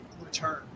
return